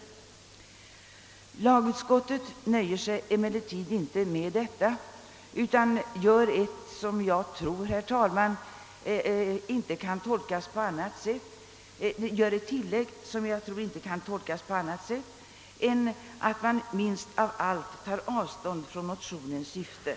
Andra lagutskottet har emellertid inte nöjt sig med detta utan gjort ett tillägg som inte kan tolkas på annat sätt än att man minst av allt tar avstånd från motionernas syfte.